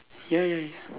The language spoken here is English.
ya ya ya